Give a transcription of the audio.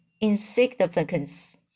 insignificance